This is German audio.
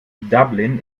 dublin